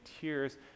tears